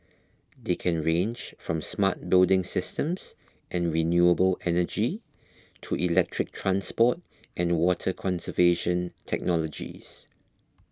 they can range from smart building systems and renewable energy to electric transport and water conservation technologies